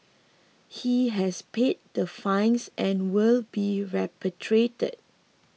he has paid the fines and will be repatriated